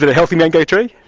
but healthy mango tree?